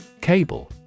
Cable